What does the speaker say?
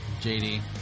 JD